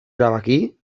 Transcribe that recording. erabaki